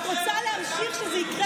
את רוצה להמשיך שזה יקרה,